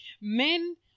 men